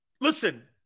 Listen